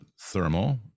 thermal